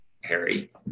Harry